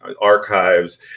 archives